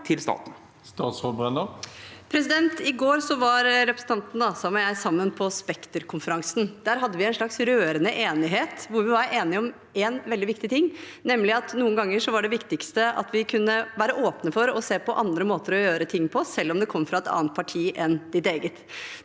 I går var repre- sentanten Asheim og jeg sammen på Spekterkonferan sen. Der hadde vi en slags rørende enighet hvor vi var enige om én veldig viktig ting, nemlig at noen ganger er det viktigste at vi kan være åpne for å se på andre måter å gjøre ting på, selv om det kommer fra et annet parti enn vårt eget.